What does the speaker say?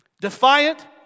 defiant